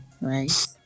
right